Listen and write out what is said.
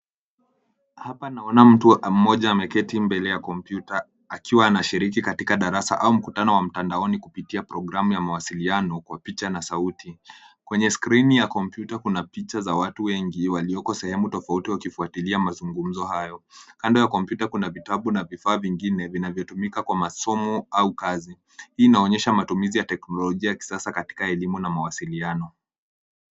Hapa naona mtu mmoja ameketi mbele ya kompyuta akiwa anashiriki katika darasa au mkutano wa mtandaoni kupitia programu ya mawasiliano kwa picha na sauti. Kwenye skrini ya kompyuta kuna picha za watu wengi walioko sehemu tofauti wakifuatilia mazungumzo hayo. Kando ya kompyuta kuna vitabu na vifaa vingine vinavyotumika kwa masomo au kazi. Hii inaonyesha matumizi ya teknolojia ya kisasa katika elimu na mawasiliano.